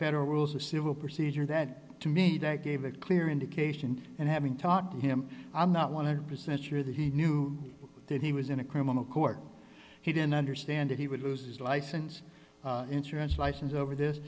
federal rules of civil procedure that to me that gave a clear indication and having taught him i'm not one hundred percent sure that he knew that he was in a criminal court he didn't understand it he would lose his license insurance license over this